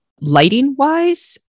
lighting-wise